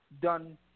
done